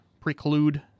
preclude